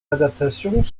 adaptations